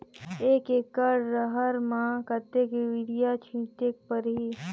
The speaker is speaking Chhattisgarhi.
एक एकड रहर म कतेक युरिया छीटेक परही?